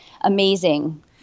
amazing